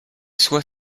soit